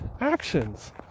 actions